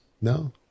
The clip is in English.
No